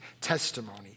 testimony